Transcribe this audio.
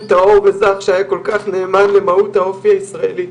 טהור וזך שהיה כל כך נאמן למהות האופי הישראלי.